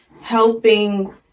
helping